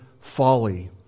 folly